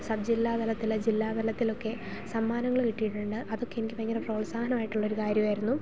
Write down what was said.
sub ജില്ലാ തലത്തിൽ ജില്ലാ തലത്തിലൊക്കെ സമ്മാനങ്ങൾ കിട്ടിയിട്ടുണ്ട് അതൊക്കെ എനിക്ക് ഭയങ്കര പ്രോത്സാഹനമായിട്ടുള്ള ഒരു കാര്യമായിരുന്നു